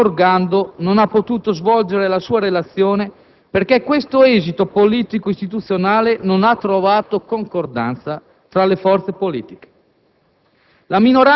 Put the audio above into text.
il senatore Morgando non ha potuto svolgere la sua relazione perché questo esito politico-istituzionale non ha trovato concordanza tra le forze politiche,